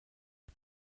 det